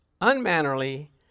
unmannerly